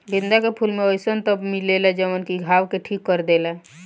गेंदा के फूल में अइसन तत्व मिलेला जवन की घाव के ठीक कर देला